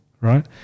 right